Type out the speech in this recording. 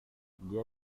dia